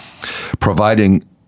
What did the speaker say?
providing